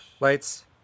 Lights